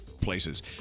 places